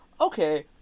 Okay